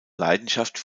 leidenschaft